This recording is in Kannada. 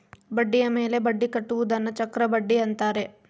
ಬಡ್ಡಿಯ ಮೇಲೆ ಬಡ್ಡಿ ಕಟ್ಟುವುದನ್ನ ಚಕ್ರಬಡ್ಡಿ ಅಂತಾರೆ